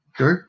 Okay